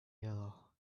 yellow